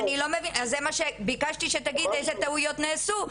אז ביקשתי שתגיד אילו טעויות נעשו,